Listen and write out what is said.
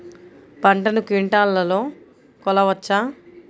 పంటను క్వింటాల్లలో కొలవచ్చా?